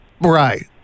Right